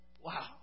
Wow